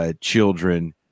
Children